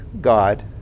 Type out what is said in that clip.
God